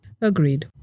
Agreed